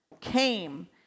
came